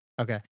Okay